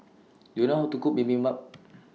Do YOU know How to Cook Bibimbap